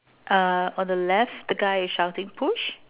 uh on the left the guy is shouting push